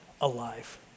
alive